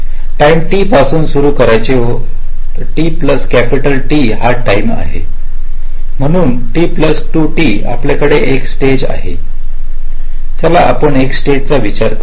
time T पासून सुरू होतोय t प्लस कॅपिटल T हा टाइम आहे म्हणून T प्लस 2T आपल्याकडे एक स्टेज आहे चला आपण एका स्टेज विचार करूया